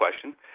question